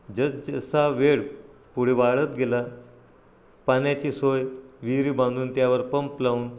जसजसा वेळ पुढे वाढत गेला पाण्याची सोय विहिरी बांधून त्यावर पंप लावून